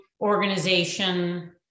organization